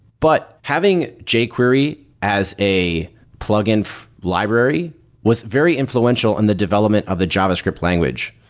but having jquery as a plug-in library was very influential on the development of the javascript language.